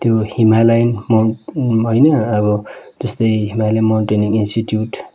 त्यो हिमालयन मोन होइन अब जस्तै हिमालयन माउनटेनरिङ इन्स्टिट्युट